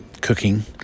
cooking